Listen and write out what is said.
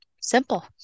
simple